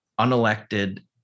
unelected